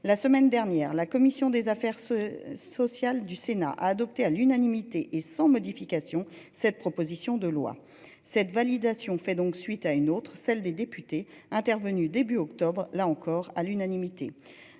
la semaine dernière, la commission des affaires ce sociales du Sénat a adopté à l'unanimité et sans modification. Cette proposition de loi. Cette validation fait donc suite à une autre, celle des députés intervenu début octobre là encore à l'unanimité.